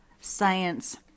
science